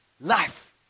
Life